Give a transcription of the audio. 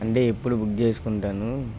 అంటే ఇప్పుడు బుక్ చేసుకుంటాను